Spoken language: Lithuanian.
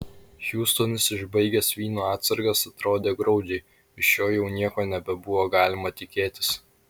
hiustonas išbaigęs vyno atsargas atrodė graudžiai iš jo jau nieko nebebuvo galima tikėtis